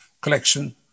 collection